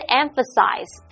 emphasize